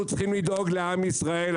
אנחנו צריכים לדאוג לעם ישראל.